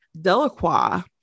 Delacroix